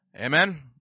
Amen